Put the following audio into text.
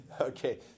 Okay